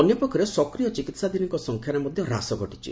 ଅନ୍ୟ ପକ୍ଷରେ ସକ୍ରିୟ ଚିକିହାଧୀନଙ୍କ ସଂଖ୍ୟାରେ ମଧ୍ୟ ହ୍ରାସ ଘଟିଛି